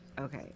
Okay